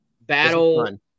battle